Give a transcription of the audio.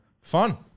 Fun